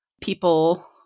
people